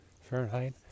Fahrenheit